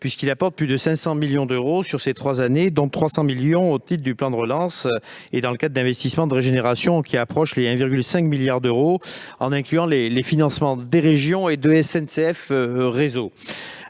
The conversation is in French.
puisqu'il apporte plus de 500 millions d'euros sur ces trois années, dont 300 millions au titre du plan de relance. Ces financements se font dans le cadre d'investissements de régénération qui approchent 1,5 milliard d'euros, en incluant les financements des régions et de SNCF Réseau.